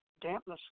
dampness